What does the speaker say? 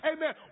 Amen